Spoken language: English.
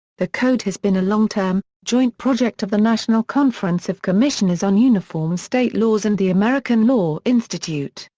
the code has been a long-term, joint project of the national conference of commissioners on uniform state laws and the american law institute,